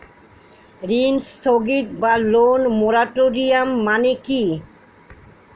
ঋণ স্থগিত বা লোন মোরাটোরিয়াম মানে কি?